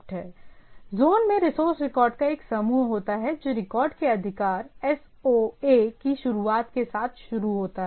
इसलिए ज़ोन में resource record का एक समूह होता है जो रिकॉर्ड के अधिकार SOA की शुरुआत के साथ शुरू होता है